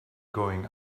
going